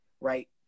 right